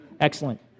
excellent